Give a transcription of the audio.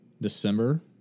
December